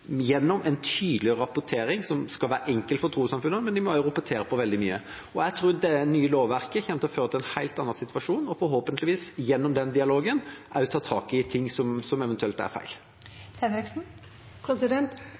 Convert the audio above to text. gjennom en tydelig rapportering som skal være enkel for trossamfunnene, men de må også rapportere på veldig mye. Jeg tror det nye lovverket kommer til å føre til en helt annen situasjon og forhåpentligvis gjennom den dialogen også ta tak i ting som eventuelt er feil.